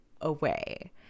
away